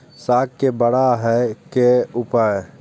साग के बड़ा है के उपाय?